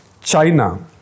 China